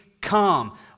come